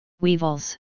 Weevils